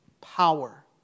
power